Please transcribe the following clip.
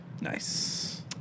nice